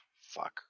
Fuck